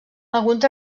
alguns